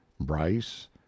Bryce